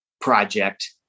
project